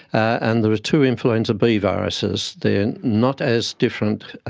and there are two influenza b viruses. they are not as different,